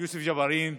יוסף ג'בארין,